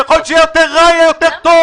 ככל שיותר רע יהיה יותר טוב